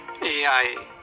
AI